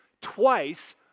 Twice